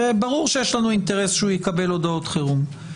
ברור שיש לנו אינטרס שהוא יקבל הודעות חירום.